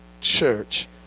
church